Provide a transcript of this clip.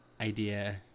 idea